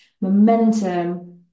momentum